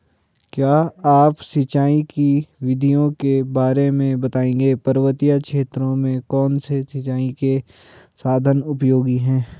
क्या आप सिंचाई की विधियों के बारे में बताएंगे पर्वतीय क्षेत्रों में कौन से सिंचाई के साधन उपयोगी हैं?